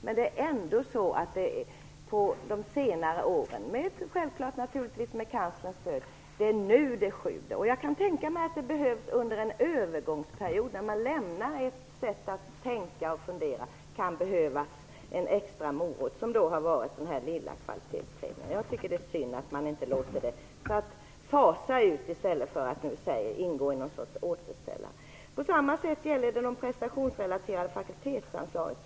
Men det är först på senare år, med naturligtvis kanslerns stöd, som det börjat sjuda. Jag kan tänka mig att man under en övergångsperiod, när man lämnar ett sätt att tänka, kan behöva en extra morot, en kvalitetspremie. Det är synd att man inte fasar ut detta utan låter det ingå i någon sorts återställare. Detsamma gäller de prestationsrelaterade fakultetsanslagen.